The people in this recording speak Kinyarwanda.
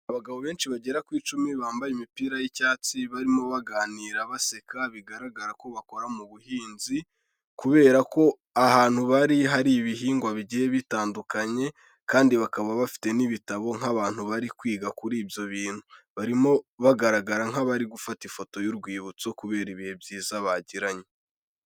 Abagabo benshi bagera ku icumi bambaye imipira y'icyatsi barimo baganira baseka bigaragara ko bakora mu buhinzi kubera ko ahantu bari hari ibihingwa bigiye bitandukanye kandi bakaba bafite n'ibitabo nk'abantu bari kwiga kuri ibyo bintu, barimo bagaragara nk'abari gufata ifoto y'urwibutso kubera ibihe byiza bagiranye.